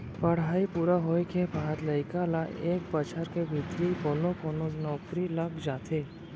पड़हई पूरा होए के बाद लइका ल एक बछर के भीतरी कोनो कोनो नउकरी लग जाथे